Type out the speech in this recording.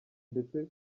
ndetse